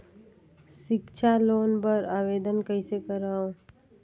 सिक्छा लोन बर आवेदन कइसे करव?